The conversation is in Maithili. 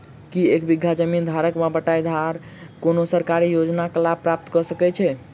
की एक बीघा जमीन धारक वा बटाईदार कोनों सरकारी योजनाक लाभ प्राप्त कऽ सकैत छैक?